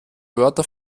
worte